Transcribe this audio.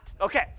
Okay